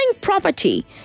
property